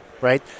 right